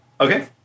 Okay